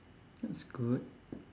that's good